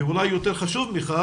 ואולי יותר חשוב מכך,